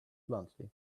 bluntly